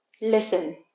Listen